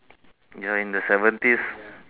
you're in the seventies